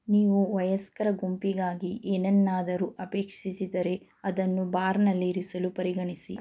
ನೀವು ವಯಸ್ಕರ ಗುಂಪಿಗಾಗಿ ಏನನ್ನಾದರೂ ಅಪೇಕ್ಷಿಸಿದರೆ ಅದನ್ನು ಬಾರ್ನಲ್ಲಿ ಇರಿಸಲು ಪರಿಗಣಿಸಿ